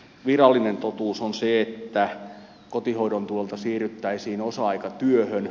virallinen totuus on se että kotihoidon tuelta siirryttäisiin osa aikatyöhön